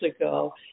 ago